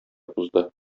узды